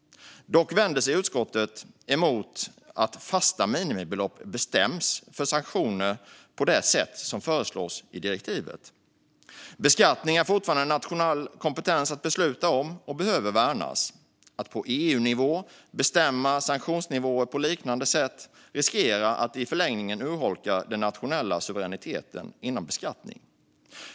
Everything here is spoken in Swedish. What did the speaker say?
Dock vänder sig utskottet emot att fasta minimibelopp bestäms för sanktioner på det sätt som föreslås i direktivet. Beslut om beskattning är fortfarande en nationell kompetens, och den behöver värnas. Att på EU-nivå bestämma sanktionsnivåer på liknande sätt riskerar i förlängningen att urholka den nationella suveräniteten inom beskattning.